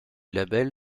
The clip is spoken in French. label